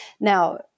Now